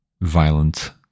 violent